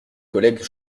collègues